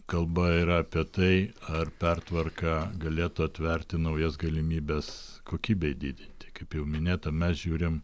kalba yra apie tai ar pertvarka galėtų atverti naujas galimybes kokybei didinti kaip jau minėta mes žiūrim